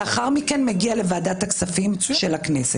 לתקציב הנדרש לכם הפעם.